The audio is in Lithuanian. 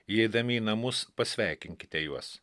įeidami į namus pasveikinkite juos